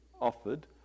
offered